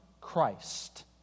Christ